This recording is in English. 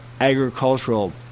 agricultural